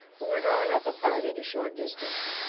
who were drawn up apart at a short distance.